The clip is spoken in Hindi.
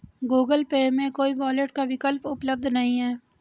गूगल पे में कोई वॉलेट का विकल्प उपलब्ध नहीं है